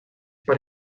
per